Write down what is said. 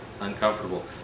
uncomfortable